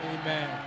Amen